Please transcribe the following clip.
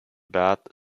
bath